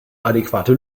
adäquate